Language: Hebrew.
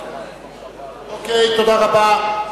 תודה רבה.